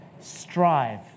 strive